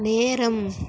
நேரம்